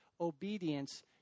obedience